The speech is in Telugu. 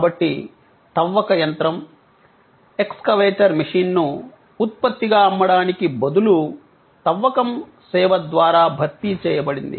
కాబట్టి తవ్వక యంత్రం ఎక్స్కవేటర్ మెషీన్ను ఉత్పత్తిగా అమ్మడానికి బదులు తవ్వకం సేవ ద్వారా భర్తీ చేయబడింది